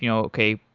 you know okay,